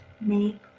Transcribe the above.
make